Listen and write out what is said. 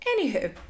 Anywho